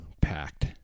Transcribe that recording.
packed